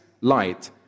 light